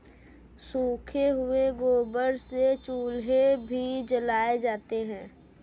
सूखे हुए गोबर से चूल्हे भी जलाए जाते हैं